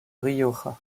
rioja